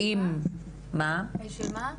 באם --- הצעה של מה?